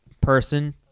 person